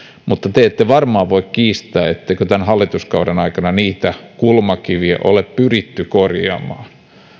mutta te ette varmaan voi kiistää etteikö tämän hallituskauden aikana niitä kulmakiviä ole pyritty korjaamaan